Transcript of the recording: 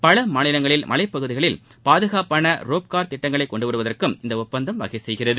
பல மாநிலங்களில் மலைப்பகுதிகளில் பாதுகாப்பான ரோப் கார் திட்டங்களை கொண்டு வருவதற்கும் இந்த ஒப்பந்தம் வகை செய்கிறது